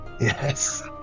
Yes